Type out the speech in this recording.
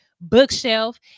bookshelf